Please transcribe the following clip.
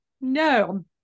no